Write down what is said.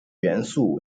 元素